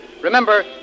Remember